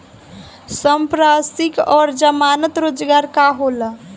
संपार्श्विक और जमानत रोजगार का होला?